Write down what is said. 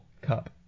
cup